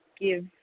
give